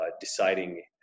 Deciding